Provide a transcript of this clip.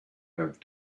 have